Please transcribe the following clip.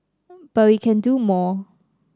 but we can do more